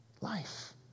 Life